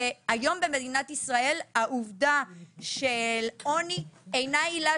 והיום במדינת ישראל העובדה שעוני אינה עילה